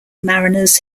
mariners